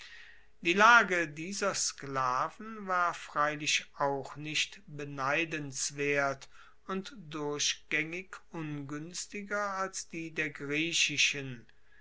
die lage dieser sklaven war freilich auch nicht beneidenswert und durchgaengig unguenstiger als die der griechischen